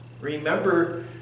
remember